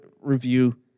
review